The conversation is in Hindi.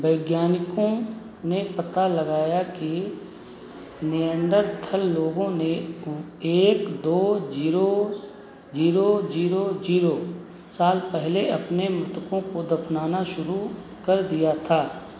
वैज्ञानिकों ने पता लगाया कि निएण्डरथल लोगों ने एक दो ज़ीरो ज़ीरो ज़ीरो ज़ीरो साल पहले अपने मृतकों को दफ़नाना शुरू कर दिया था